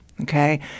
okay